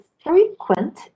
frequent